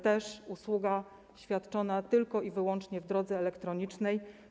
To także usługa świadczona tylko i wyłącznie w drodze elektronicznej.